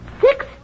six